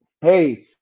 hey